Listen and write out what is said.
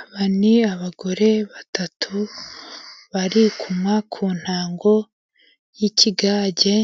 Aba ni abagore batatu bari kunywa ku ntango y'ikigage,